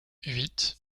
huit